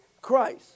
Christ